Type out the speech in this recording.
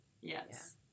Yes